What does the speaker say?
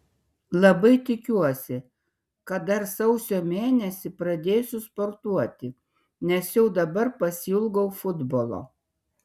labai tikiuosi kad dar sausio mėnesį pradėsiu sportuoti nes jau dabar pasiilgau futbolo